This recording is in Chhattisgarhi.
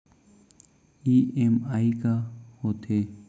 ई.एम.आई का होथे?